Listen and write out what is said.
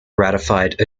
ratified